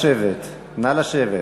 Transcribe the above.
נא לשבת, נא לשבת.